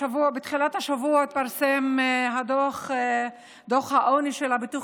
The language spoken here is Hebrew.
בתחילת השבוע התפרסם דוח העוני של הביטוח